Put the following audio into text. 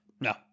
No